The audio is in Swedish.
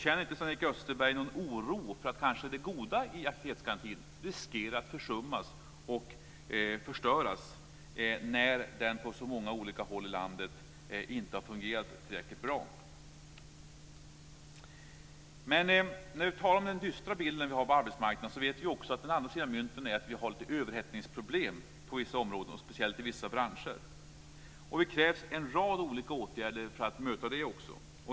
Känner inte Sven-Erik Österberg någon oro för att det goda i aktivitetsgarantin riskerar att försummas och förstöras när den på så många olika håll i landet inte har fungerat tillräckligt bra? När vi talar om den dystra bilden av arbetsmarknaden vet vi också att den andra sidan av myntet är att vi har lite överhettningsproblem på vissa områden, speciellt i vissa branscher. Och det krävs en rad olika åtgärder för att möta det här.